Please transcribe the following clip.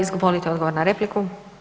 Izvolite odgovor na repliku.